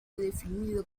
definido